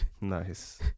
Nice